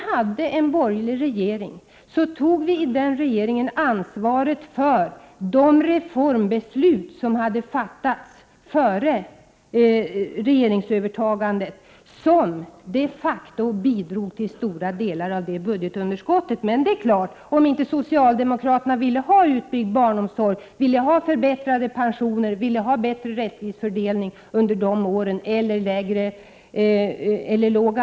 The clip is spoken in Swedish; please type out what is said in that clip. Under den borgerliga regeringstiden tog vi ansvar för de reformbeslut som hade fattats före regeringsövertagandet. Dessa beslut bidrog de facto till stora delar av det budgetunderskott som uppstod. Socialdemokraterna ville 7 tydligen inte ha en utbyggd barnomsorg, förbättrade pensioner, en mer rättvis fördelning och en låg arbetslöshet under dessa år.